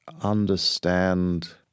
understand